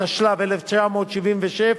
התשל"ו 1976,